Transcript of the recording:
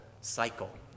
cycle